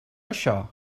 això